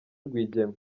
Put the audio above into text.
rwigema